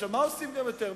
מה עושים יותר מזה?